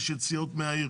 יש יציאות מהעיר,